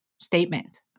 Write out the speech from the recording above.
statement